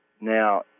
Now